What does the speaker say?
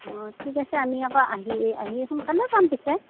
অ' ঠিক আছে আমি আকৌ আহি আহি সোনকালেও পাম পিছে